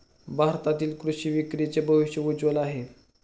भारतातील कृषी विक्रीचे भविष्य उज्ज्वल आहे